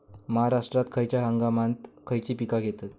महाराष्ट्रात खयच्या हंगामांत खयची पीका घेतत?